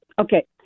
Okay